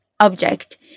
object